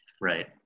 right